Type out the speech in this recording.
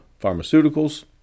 pharmaceuticals